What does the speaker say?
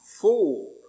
four